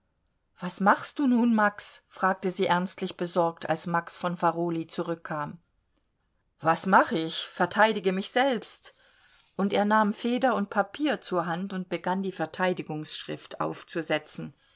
was machst du nun max fragte sie ernstlich besorgt als max von farolyi zurückkam was mach ich verteidige mich selbst und er nahm feder und papier zur hand und begann die verteidigungsschrift aufzusetzen